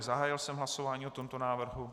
Zahájil jsem hlasování o tomto návrhu.